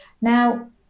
Now